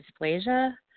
dysplasia